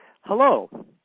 Hello